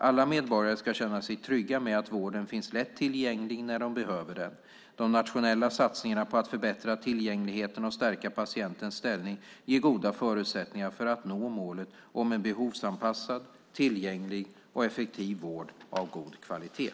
Alla medborgare ska känna sig trygga med att vården finns lätt tillgänglig när de behöver den. De nationella satsningarna på att förbättra tillgängligheten och stärka patientens ställning ger goda förutsättningar för att nå målet om en behovsanpassad, tillgänglig och effektiv vård av god kvalitet.